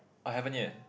I haven't yet